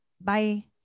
Bye